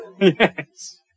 Yes